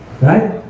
Right